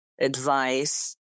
advice